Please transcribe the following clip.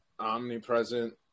Omnipresent